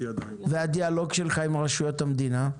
והדיאלוג שלך עם רשויות המדינה?